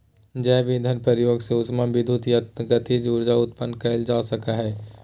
जैव ईंधन के प्रयोग से उष्मा विद्युत या गतिज ऊर्जा उत्पन्न कइल जा सकय हइ